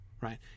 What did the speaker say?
right